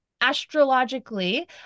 astrologically